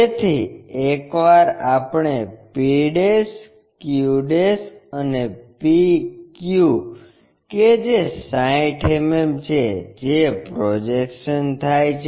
તેથી એકવાર આપણે pq અને p q કે જે 60 mm છે જે પ્રોજેકશન થાય છે